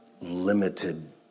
limited